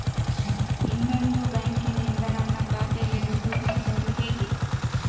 ಇನ್ನೊಂದು ಬ್ಯಾಂಕಿನಿಂದ ನನ್ನ ಖಾತೆಗೆ ದುಡ್ಡು ಹಾಕೋದು ಹೇಗೆ?